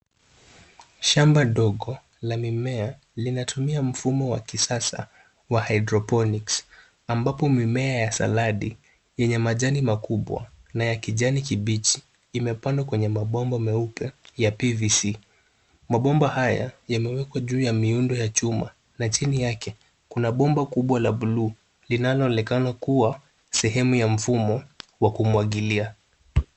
Shamba ndogo la mimea linatumia mfumo wa kisasa wa hydoponics , ambapo mimea ya saladi yenye majani makubwa na ya kijani kibichi, imepandwa kwenye mabomba meupe ya PVC. Mabomba haya, yamewekwa juu ya miundo ya chuma na chini yake kuna bomba kubwa la bluu linaloonekana kuwa sehemu ya mfumo wa kumwagilia.